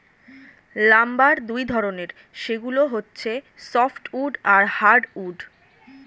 lumber দুই ধরনের, সেগুলো হচ্ছে সফ্ট উড আর হার্ড উড